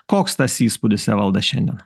koks tas įspūdis evalda šiandien